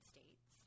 States